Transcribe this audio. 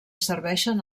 serveixen